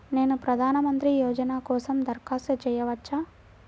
నేను ప్రధాన మంత్రి యోజన కోసం దరఖాస్తు చేయవచ్చా?